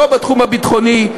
לא בתחום הביטחוני,